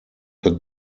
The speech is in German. the